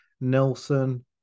Nelson